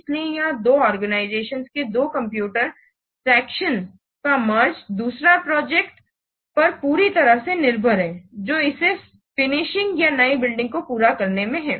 इसलिए यहां दो ऑर्गनिज़तिओन्स के दो कंप्यूटर सेक्शंस का मेर्गेड दूसरा प्रोजेक्ट पर पूरी तरह से निर्भर है जो इसे फिनिशिंग या नए बिल्डिंग को पूरा करने में है